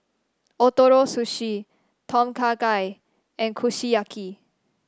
Ootoro Sushi Tom Kha Gai and Kushiyaki